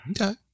Okay